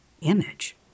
image